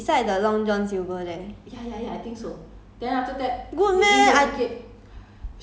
orh orh orh orh orh beside the Long John Silver there